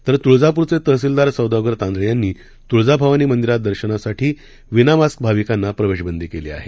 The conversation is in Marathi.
तर तुळजापूरचे तहसीलदार सौदागर तांदळे यांनी तुळजाभवानी मंदिरात दर्शनासाठी विना मास्क भाविकांना प्रवेश बंदी केली आहे